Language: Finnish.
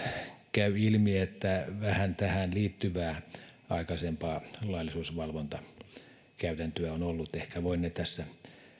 käy ilmi että vähän tähän liittyvää aikaisempaa laillisuusvalvontakäytäntöä on ollut ehkä voin ne tässä